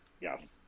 Yes